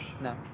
No